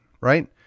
right